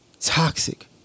toxic